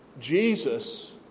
Jesus